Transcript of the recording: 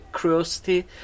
curiosity